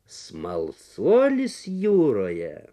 smalsuolis jūroje